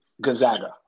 Gonzaga